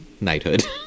knighthood